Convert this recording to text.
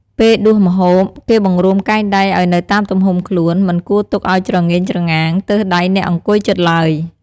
ពេលដួសម្ហូប គេបង្រួមកែងដៃឲ្យនៅតាមទំហំខ្លួន មិនគួរទុកឲ្យច្រងេងច្រងាង ទើសដៃអ្នកអង្គុយជិតឡើយ។